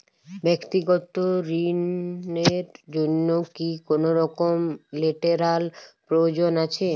ব্যাক্তিগত ঋণ র জন্য কি কোনরকম লেটেরাল প্রয়োজন আছে?